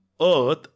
earth